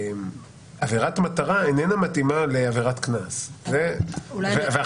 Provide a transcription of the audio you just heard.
שעבירת מטרה איננה מתאימה לעבירת קנס ועכשיו